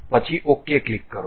પછી OK click કરો